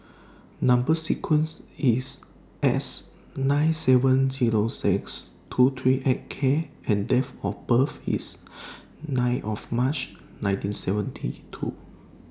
Number sequence IS S nine seven Zero six two three eight K and Date of birth IS nine of March nineteen seventy two